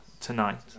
tonight